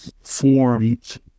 forms